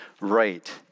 right